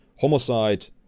homicide